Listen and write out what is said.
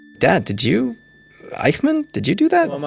dad, did you eichmann, did you do that? um